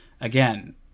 again